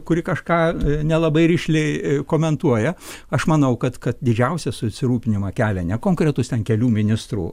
kuri kažką nelabai rišliai komentuoja aš manau kad kad didžiausią susirūpinimą kelia ne konkretus ten kelių ministrų